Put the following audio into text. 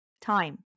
time